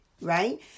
right